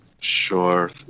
Sure